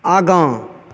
आगाँ